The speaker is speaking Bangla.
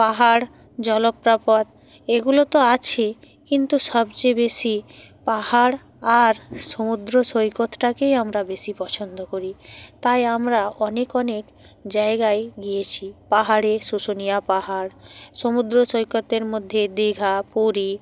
পাহাড় জলপ্রপাত এগুলো তো আছে কিন্তু সবচেয়ে বেশি পাহাড় আর সমুদ্র সৈকতটাকেই আমরা বেশি পছন্দ করি তাই আমরা অনেক অনেক জায়গায় গিয়েছি পাহাড়ে শুশুনিয়া পাহাড় সমুদ্র সৈকতের মধ্যে দীঘা পুরী